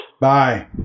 Bye